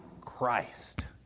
Christ